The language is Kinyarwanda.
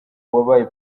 wabaye